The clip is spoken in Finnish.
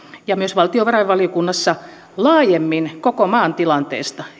ja myös valtiovarainvaliokunnassa laajemmin koko maan tilanteesta